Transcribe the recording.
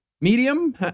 medium